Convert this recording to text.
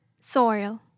soil